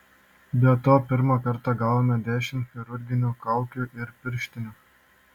be to pirmą kartą gavome dešimt chirurginių kaukių ir pirštinių